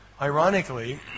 Ironically